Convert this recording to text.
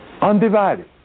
Undivided